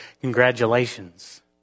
congratulations